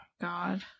God